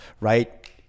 right